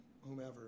whomever